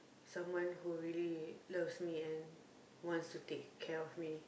someone who really loves me and wants to take care of me